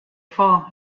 far